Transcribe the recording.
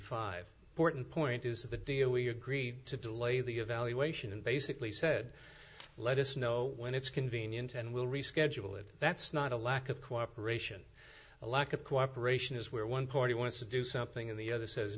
five porton point is the deal we agreed to delay the evaluation and basically said let us know when it's convenient and we'll reschedule it that's not a lack of cooperation a lack of cooperation is where one party wants to do something and the other says